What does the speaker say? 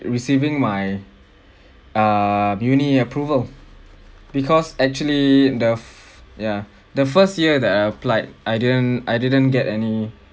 receiving my err uni approval because actually the f~ ya the first year that I applied I didn't I didn't get any